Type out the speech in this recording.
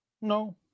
no